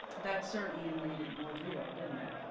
that certainly made it more real, didn't it?